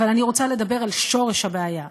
אבל אני רוצה לדבר על שורש הבעיה,